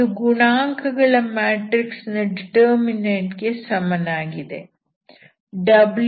ಇದು ಗುಣಾಂಕಗಳ ಮ್ಯಾಟ್ರಿಕ್ಸ್ ನ ಡಿಟರ್ಮಿನಂಟ್ ಗೆ ಸಮನಾಗಿದೆ Wy1y2xy1